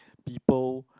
people